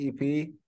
EP